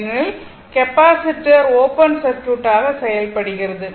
ஏனெனில் capacitor open circuit ஆக செயல்படுகிறது